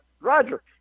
Roger